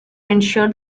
ensure